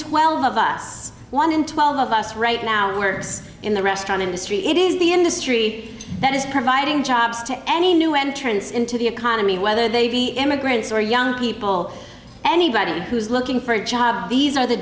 twelve of us one in twelve of us right now in words in the restaurant industry it is the industry that is providing jobs to any new entrants into the economy whether they be immigrants or young people anybody who's looking for a job these are the